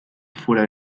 fuera